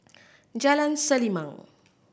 Jalan Selimang